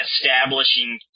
establishing